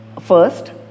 first